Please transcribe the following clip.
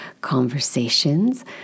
conversations